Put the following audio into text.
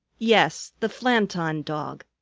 yes, the flanton dog,